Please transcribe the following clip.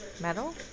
Metal